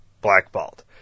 blackballed